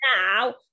now